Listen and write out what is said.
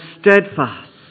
steadfast